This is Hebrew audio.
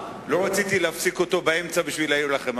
לא רציתי להפסיק אותו באמצע כדי להעיר לכם,